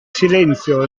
silenzio